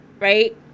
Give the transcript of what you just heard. Right